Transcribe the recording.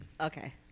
Okay